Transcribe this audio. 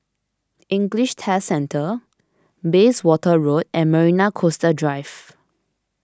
English Test Centre Bayswater Road and Marina Coastal Drive